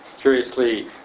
Curiously